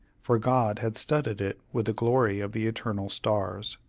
for god had studded it with the glory of the eternal stars.